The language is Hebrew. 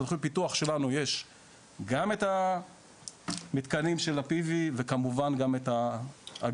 בתכנית פיתוח שלנו יש גם את המתקנים של ה-PV וכמובן גם את האגירה.